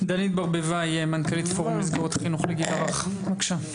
דנית ברביבאי מנכ"לית פורום מסגרות החינוך לגיל הרך בבקשה.